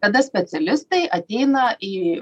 kada specialistai ateina į